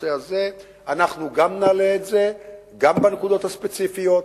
בנושא הזה אנחנו נעלה את זה גם בנקודות הספציפיות,